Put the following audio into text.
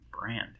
brand